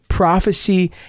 prophecy